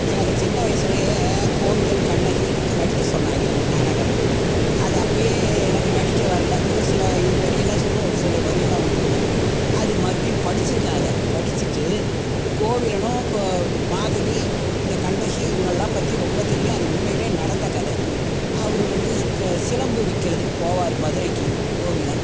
எனக்கு சின்ன வயசிலயே கோவலன் கண்ணகி நடிக்க சொன்னாங்கள் என்னை நாடகமா அது அப்பவே எனக்கு நடிக்க வரல ஒரு சில வரியெல்லாம் சொல்லுவேன் ஒரு சில வரியெல்லாம் விட்டுடுவேன் அது மறுபடியும் படிச்சிருக்கேன் அதை படிச்சிட்டு கோவலனும் கோ மாதவி இந்தக் கண்ணகி இவங்களலாம் பற்றி ரொம்ப தெரியும் அது உண்மையிலே நடந்த கதை அவர் வந்து சிலம்பு விற்கிறதுக்கு போவார் மதுரைக்கு கோவலன்